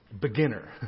beginner